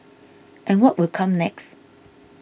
and what will come next